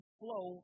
flow